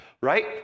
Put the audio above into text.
right